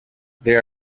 there